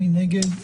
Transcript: מי נגד?